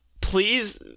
Please